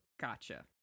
Gotcha